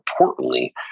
importantly